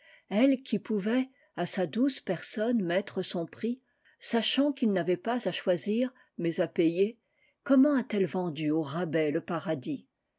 elle qui pouvait a sa douce personne mettre son prix sachant qu'il n'avait pas à choisir mais a payer comment a-t-elle vendu au rabais le paradis